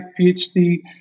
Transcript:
PhD